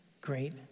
great